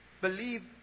believe